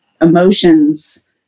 emotions